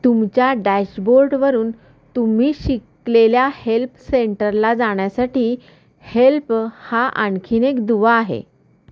तुमच्या डॅशबोर्डवरून तुम्ही शिकलेल्या हेल्प सेंटरला जाण्यासाठी हेल्प हा आणखीन एक दुवा आहे